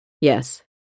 Yes